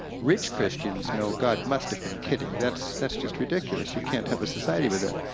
rich christians know god must have been kidding, that's that's just ridiculous. you can't have a society with that.